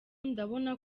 ndabona